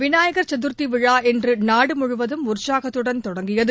விநாயகா் சதுர்த்தி விழா இன்று நாடு முழுவதும் உற்சாகத்துடன் தொடங்கியது